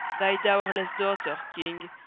thy dowerless daughter, king,